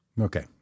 Okay